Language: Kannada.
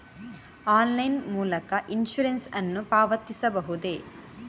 ಆನ್ಲೈನ್ ಮೂಲಕ ಇನ್ಸೂರೆನ್ಸ್ ನ್ನು ಪಾವತಿಸಬಹುದೇ?